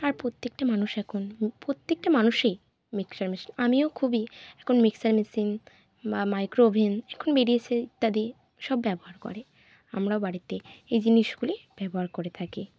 আর প্রত্যেকটা মানুষ এখন প্রত্যেকটা মানুষই মিক্সার মেশিন আমিও খুবই এখন মিক্সার মেশিন বা মাইক্রো ওভেন এখন বেরিয়েছে ইত্যাদি সব ব্যবহার করে আমরাও বাড়িতে এই জিনিসগুলি ব্যবহার করে থাকি